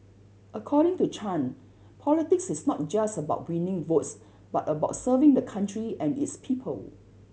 according to Chan politics is not just about winning votes but about serving the country and its people